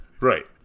Right